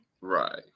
Right